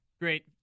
great